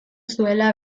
zuela